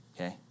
Okay